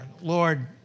Lord